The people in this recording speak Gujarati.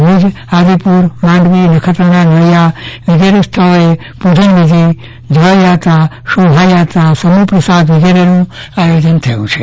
ભુજ આદિપુર માંડવી નખત્રાણા નલીયા વગેરે સ્થળોએ પૂજનવિધી જળયાત્રા શોભાયાત્રા સમ્રહ પ્રસાદ વિગેરેનું આયોજન થયું છે